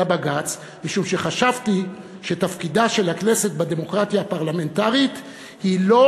משום שחשבתי שתפקידה של הכנסת בדמוקרטיה הפרלמנטרית הוא לא